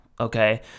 okay